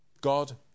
God